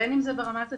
בין אם זה ברמת התפעול,